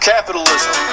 Capitalism